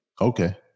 Okay